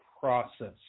process